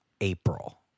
april